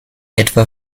etwa